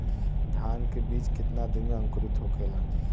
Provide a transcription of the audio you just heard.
धान के बिज कितना दिन में अंकुरित होखेला?